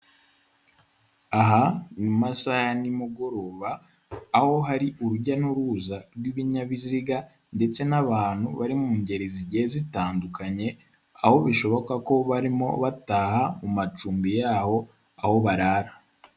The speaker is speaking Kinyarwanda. Aha ni mu masaha ya nimugoroba, aho hari urujya n'uruza rw'ibinyabiziga ndetse n'abantu bari mu ngeri zigiye zitandukanye, aho bishoboka ko barimo bataha mu macumbi yabo aho barara.